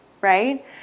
right